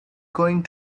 going